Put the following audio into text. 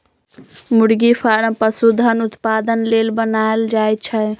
मुरगि फारम पशुधन उत्पादन लेल बनाएल जाय छै